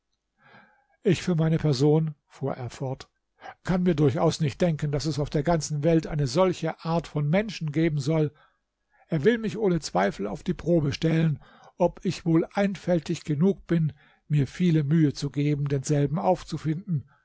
ich für meine person fuhr er fort kann mir durchaus nicht denken daß es auf der ganzen welt eine solche art von menschen geben soll er will mich ohne zweifel auf die probe stellen ob ich wohl einfältig genug bin mir viele mühe zu geben denselben aufzufinden